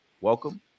welcome